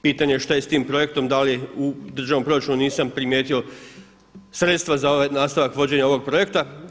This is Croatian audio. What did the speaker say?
Pitanje šta je s tim projektom, da li u državnom proračunu nisam primijetio sredstva za nastavak vođenja ovog projekta?